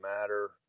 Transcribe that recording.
matter